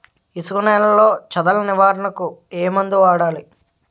ఇసుక నేలలో చదల నివారణకు ఏ మందు వాడాలి?